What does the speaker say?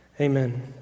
Amen